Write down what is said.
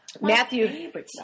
matthew